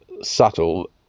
subtle